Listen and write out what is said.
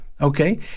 okay